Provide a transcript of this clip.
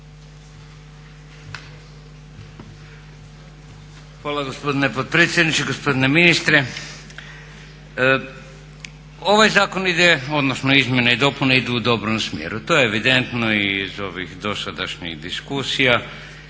Hvala gospodine potpredsjedniče. Gospodine ministre. Ove izmjene i dopune idu u dobrom smjeru, to je evidentno iz ovih dosadašnjih diskusija